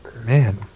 Man